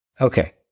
Okay